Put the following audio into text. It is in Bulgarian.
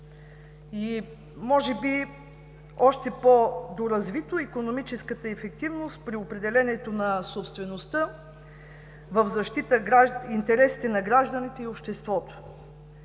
И може би още по-доразвито – икономическата ефективност при определянето на собствеността в защита интересите на гражданите и на обществото.